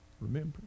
Remember